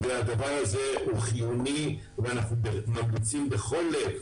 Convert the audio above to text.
הדבר הזה הוא חיוני ואנחנו ממליצים בכל לב